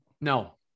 No